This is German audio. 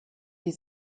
die